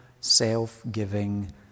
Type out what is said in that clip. self-giving